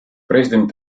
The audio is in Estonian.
president